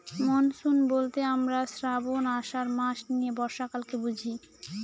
monsoon বলতে আমরা শ্রাবন, আষাঢ় মাস নিয়ে বর্ষাকালকে বুঝি